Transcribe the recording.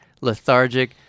lethargic